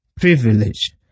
privilege